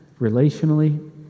relationally